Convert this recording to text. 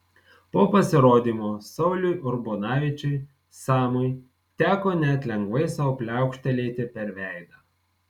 po pasirodymo sauliui urbonavičiui samui teko net lengvai sau pliaukštelėti per veidą